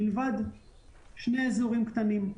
מלבד שני אזורים קטנים,